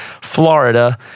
Florida